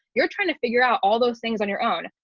you're trying to figure out all those things on your own.